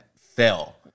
fell